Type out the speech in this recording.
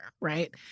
right